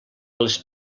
les